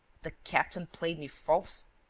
the captain played me false?